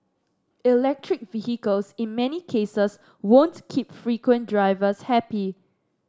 electric vehicles in many cases won't keep frequent drivers happy